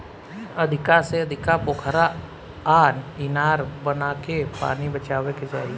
अधिका से अधिका पोखरा आ इनार बनाके पानी बचावे के चाही